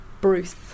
Bruce